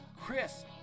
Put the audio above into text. Chris